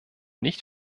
nicht